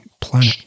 planet